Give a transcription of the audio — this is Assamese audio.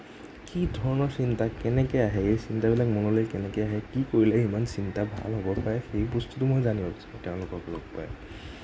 কি ধৰণৰ চিন্তা কেনেকৈ আহে এই চিন্তাবিলাক মনলৈ কেনেকৈ আহে কি কৰিলে ইমান চিন্তা ভাল হ'ব পাৰে সেই বস্তুটো মই জানিব বিচাৰোঁ তেওঁলোকক লগ পাই